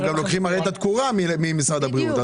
אתם גם לוקחים את התקורה ממשרד הבריאות.